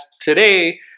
today